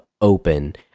open